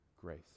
grace